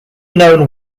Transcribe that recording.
known